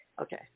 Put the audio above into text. Okay